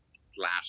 slash